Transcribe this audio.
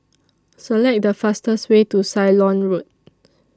Select The fastest Way to Ceylon Road